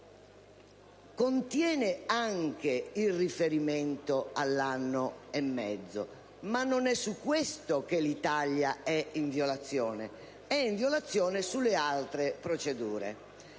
Contiene anche il riferimento all'anno e mezzo, ma non è su questo che l'Italia è in violazione: è in violazione sulle altre procedure.